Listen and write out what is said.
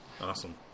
Awesome